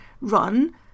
run